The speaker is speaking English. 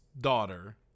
daughter